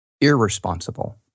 irresponsible